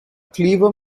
cleaver